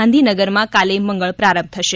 ગાંધીનગરમાં કાલે મંગળ પ્રારંભ થશે